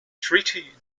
treaty